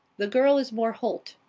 the girl is more holt.